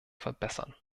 verbessern